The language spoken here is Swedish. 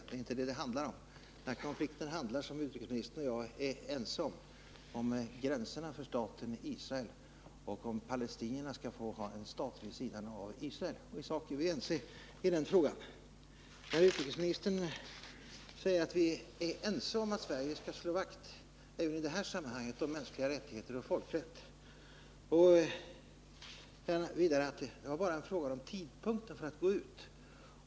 Det är inte det som det handlar om, utan den här konflikten handlar — vilket utrikesministern och jag är ense om -— om gränserna för staten Israel och om huruvida palestinierna skall få ha någon stat vid sidan om staten Israel. Om den saken är vi alltså ense i den här frågan. Utrikesministern säger också att vi är ense om att Sverige även i det här sammanhanget skall slå vakt om mänskliga rättigheter och folkrätter, men att det bara var frågan om tidpunkten för att sjunga ut.